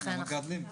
כן.